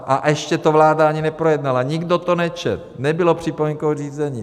A ještě to vláda ani neprojednala, nikdo to nečetl, nebylo připomínkové řízení.